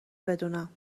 بدونم